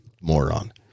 moron